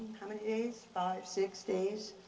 how many days? five, six days.